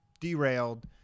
derailed